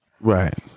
Right